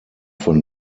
von